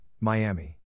Miami